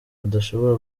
badashobora